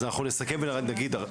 אז אנחנו נסכם ורק נגיד,